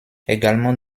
également